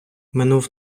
минув